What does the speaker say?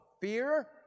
fear